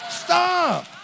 Stop